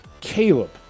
Caleb